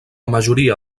majoria